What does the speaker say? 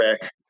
back